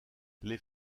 les